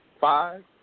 five